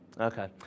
Okay